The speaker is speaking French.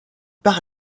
par